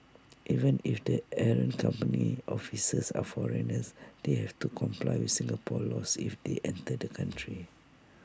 even if the errant company's officers are foreigners they have to comply with Singapore's laws if they enter the country